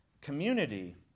community